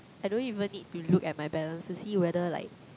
I don't even need to look at my balance to see whether like